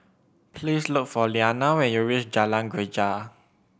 please look for Lilianna when you reach Jalan Greja